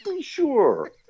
sure